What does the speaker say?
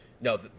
No